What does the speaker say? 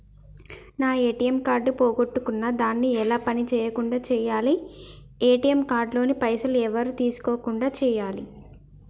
నా ATM card పోగొట్టుకున్నా దాన్ని ఎలా పని చేయకుండా చేయాలి ఏ.టి.ఎమ్ కార్డు లోని పైసలు ఎవరు తీసుకోకుండా చేయాలి?